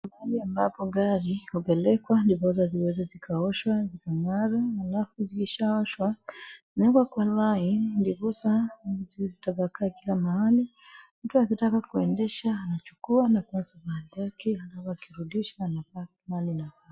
Mahali ambapo gari huplekwa ndiposa ziweze zikaoshwa, zikang'ara na afu zikishaoshwa huwekwa line ndiposa, zisitapakae kila mahali. Mtu akitaka kuendesha anachukua na kuendesha kila anaporudisha anapakaa pale inafaa.